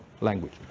language